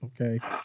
Okay